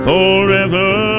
Forever